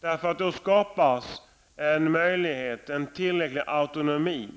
Det skapar en möjlighet, en tillräcklig autonomi,